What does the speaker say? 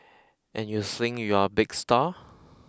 and you think you're a big star